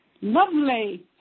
Lovely